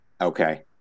Okay